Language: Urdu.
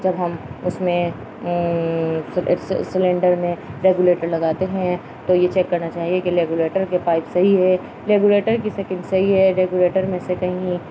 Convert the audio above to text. جب ہم اس میں سلینڈر میں ریگولیٹر لگاتے ہیں تو یہ چیک کرنا چاہیے کہ ریگولیٹر کے پائپ صحیح ہے ریگولیٹر کی سکم صی ہے ریگولیٹر میں سے کہیں